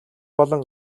болон